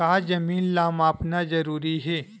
का जमीन ला मापना जरूरी हे?